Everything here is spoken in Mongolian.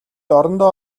орондоо